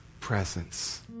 presence